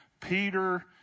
Peter